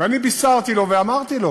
ואני בישרתי לו ואמרתי לו